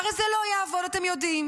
הרי זה לא יעבוד, אתם יודעים.